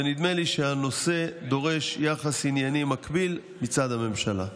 ונדמה לי שהנושא דורש יחס ענייני מקביל מצד הממשלה.